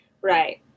Right